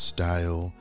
Style